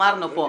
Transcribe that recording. אמרנו פה,